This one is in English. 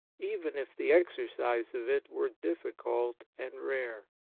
even if the exercise of it were difficult and rare.